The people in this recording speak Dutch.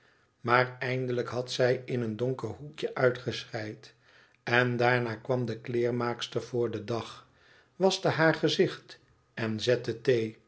maar eindelijk had zij in een donker hoekje uitgeschreid en daarna kwam de kleermaakster voor den dag waschte haar gezicht en zette thee